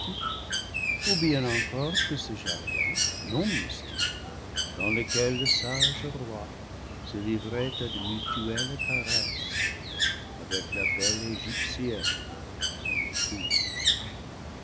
encore que ce jardin non mystique dans lequel le sage roi se livrait à de mutuelles caresses avec la belle égyptienne son épouse